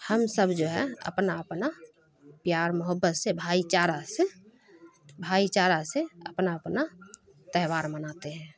ہم سب جو ہے اپنا اپنا پیار محبت سے بھائی چارہ سے بھائی چارہ سے اپنا اپنا تہوار مناتے ہیں